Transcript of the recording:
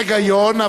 אין היגיון,